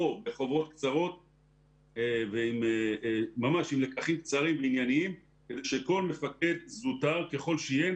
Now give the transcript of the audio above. או חוברות קצרות ממש עם לקחים קצרים וענייניים שכל מפקד זוטר ככל שיהיה